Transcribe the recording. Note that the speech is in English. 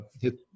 hit